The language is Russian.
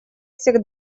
всех